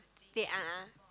state a'ah